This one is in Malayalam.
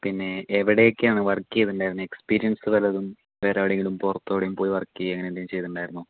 പിന്നെ എവിടെയൊക്കെയാണ് വർക്ക് ചെയ്തിട്ടുണ്ടായിരുന്നത് എക്സ്പീരിയൻസ് വല്ലതും വേറെയെവിടെയെങ്കിലും പുറത്തോ എവിടേലും പോയി വർക്ക് ചെയ്യുക അങ്ങനെയെന്തെങ്കിലും ചെയ്തിട്ടുണ്ടായിരുന്നോ